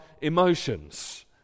emotions